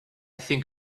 think